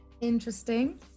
Interesting